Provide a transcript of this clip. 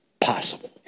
possible